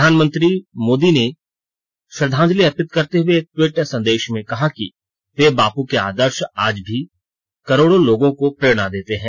प्रधानमंत्री नरेन्द्र मोदी ने श्रद्दांजलि अर्पित करते हुए एक ट्वीट संदेश में कहा है कि बापू के आदर्श आज भी करोडों लोगों को प्रेरणा देते हैं